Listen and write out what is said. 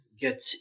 get